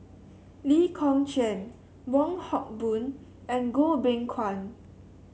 Lee Kong Chian Wong Hock Boon and Goh Beng Kwan